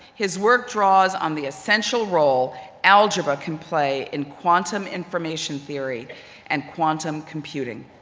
his work draws on the essential role algebra can play in quantum information theory and quantum computing.